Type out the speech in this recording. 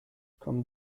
komm